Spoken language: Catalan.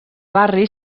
barri